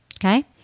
Okay